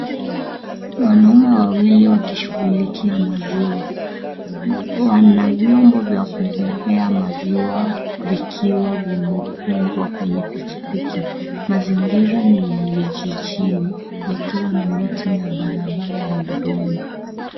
Wanaume wawili wakishughulikia maziwa. Wana vyombo vya kubebea maziwa vikiwa vimefungwa kwenye pikipiki. Mazingira ni ya vijijini ikiwa na miti na barabara ya udongo.